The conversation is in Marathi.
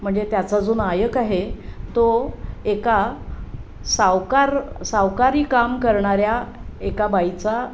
म्हणजे त्याचा जो नायक आहे तो एका सावकार सावकारी काम करणाऱ्या एका बाईचा